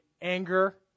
anger